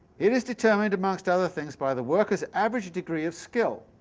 it is determined amongst other things by the workers average degree of skill,